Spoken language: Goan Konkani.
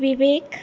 विवेक